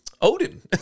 Odin